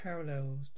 Parallels